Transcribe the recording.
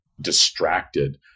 distracted